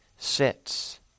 sits